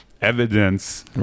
evidence